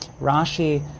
Rashi